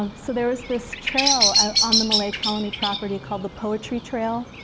um so there was this trail ah on the millay colony property called the poetry trail.